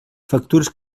factures